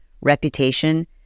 reputation